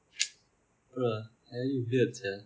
bro very wierd sia